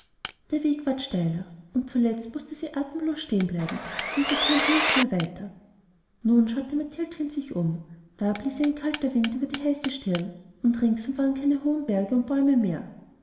der weg ward steiler und zuletzt mußte sie atemlos stehenbleiben denn sie konnte nicht mehr weiter nun schaute mathildchen sich um da blies ihr ein kalter wind über die heiße stirne und ringsherum waren keine höheren berge und keine bäume mehr